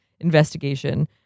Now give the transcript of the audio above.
investigation